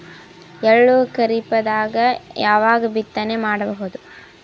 ಎಳ್ಳು ಖರೀಪದಾಗ ಯಾವಗ ಬಿತ್ತನೆ ಮಾಡಬಹುದು?